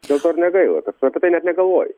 dėl to ir ne gaila kad apie tai net negalvoji